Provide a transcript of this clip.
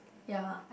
ya